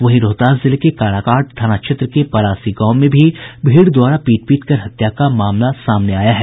वहीं रोहतास जिले के काराकट थाना क्षेत्र के परासी गांव में भी भीड़ द्वारा पीट पीट कर हत्या का मामला सामने आया है